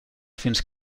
fins